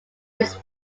its